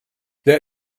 there